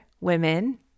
women